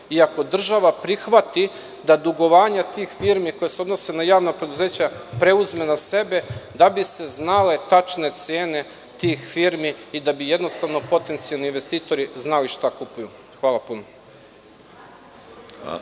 ako država prihvati da dugovanja tih firmi, koje se odnose na javna preduzeća, preuzme na sebe, da bi se znale tačne cene tih firmi i da bi jednostavno potencijalni investitori znali šta kupuju. Hvala puno.